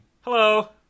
hello